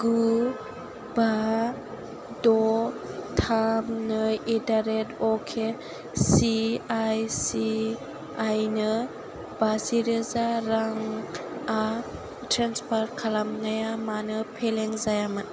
गु बा द' थाम नै एडारेड वके सिआइसिआइनो बाजि रोजा रांआ ट्रेन्सफार खालामनाया मानो फेलें जायामोन